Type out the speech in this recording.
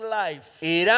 life